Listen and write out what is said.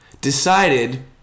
decided